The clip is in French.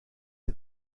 est